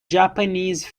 japanese